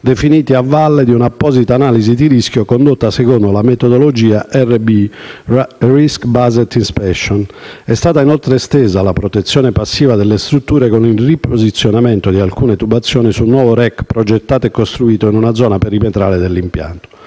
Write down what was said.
definiti a valle di un'apposita analisi di rischio condotta secondo la metodologia RBI (*risk based inspection*). È stata inoltre estesa la protezione passiva delle strutture con il riposizionamento di alcune tubazioni su un nuovo *rack* progettato e costruito in una zona perimetrale dell'impianto.